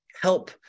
help